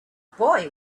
boy